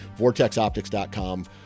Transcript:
vortexoptics.com